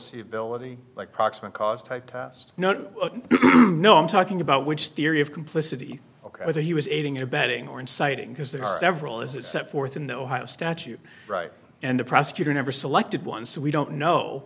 foreseeability like proximate cause typecast no no no i'm talking about which theory of complicity ok he was aiding and abetting or inciting because there are several is that set forth in the ohio statute right and the prosecutor never selected one so we don't know